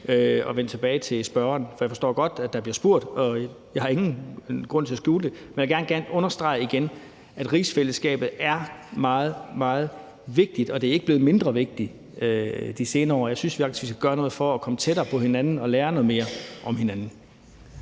og vende tilbage til spørgeren, for jeg forstår godt, at der bliver spurgt til det, og jeg har ingen grund til at skjule det. Men jeg vil gerne igen understrege, at rigsfællesskabet er meget, meget vigtigt, og det er ikke blevet mindre vigtigt de senere år. Jeg synes faktisk, at vi skal gøre noget for at komme tættere på hinanden og lære noget mere om hinanden.